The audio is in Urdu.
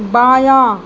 بایاں